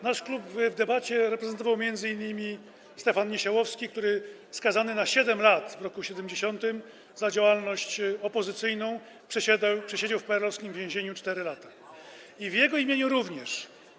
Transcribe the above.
Nasz klub w debacie reprezentował m.in. Stefan Niesiołowski, który - skazany na 7 lat w roku 1970 za działalność opozycyjną - przesiedział w PRL-owskim więzieniu 4 lata, i w jego imieniu również.